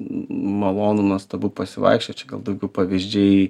malonu nuostabu pasivaikščiot gal daugiau pavyzdžiai